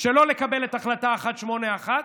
שלא לקבל את החלטה 181,